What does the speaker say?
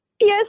Yes